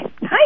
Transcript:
Hi